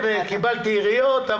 וקיבלתי יריות.